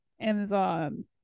Amazon